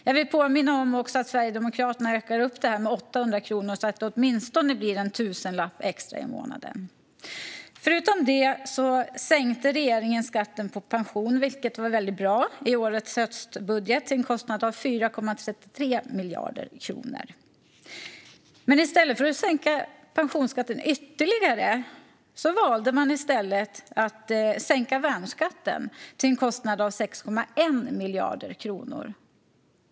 Jag vill påminna om att Sverigedemokraterna ökar detta med 800 kronor så att det åtminstone blir en tusenlapp extra i månaden. Förutom detta sänkte regeringen skatten på pensioner i höstbudgeten, vilket var mycket bra, till en kostnad av 4,33 miljarder kronor. Men i stället för att sänka skatten på pensioner ytterligare valde man att sänka värnskatten till en kostnad av 6,1 miljarder kronor.